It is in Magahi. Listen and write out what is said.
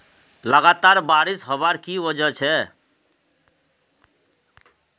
लगातार बारिश होबार की वजह छे?